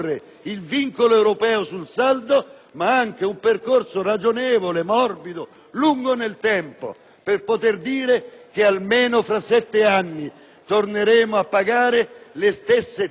lungo nel tempo per poter dire che, almeno tra sette anni, torneremo a pagare le stesse tasse che, in totale, i cittadini italiani hanno pagato nel 2006,